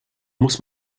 muss